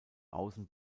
außen